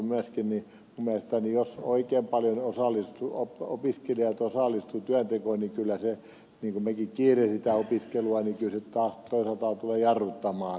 mielestäni jos oikein paljon opiskelijat osallistuvat työntekoon kyllä se taas toisaalta vaikka mekin kiirehdimme opiskelua tulee jarruttamaan sitä opiskelua